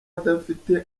adafite